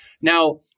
Now